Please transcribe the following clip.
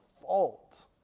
fault